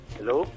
Hello